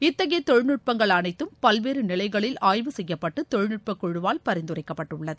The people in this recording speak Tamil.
இத்தகைய தொழில்நுட்பங்கள் அனைத்தும் பல்வேறு நிலைகளில் ஆய்வு செய்யப்பட்டு தொழில்நுட்ப குழுவால் பரிந்துரைக்கப்பட்டுள்ளது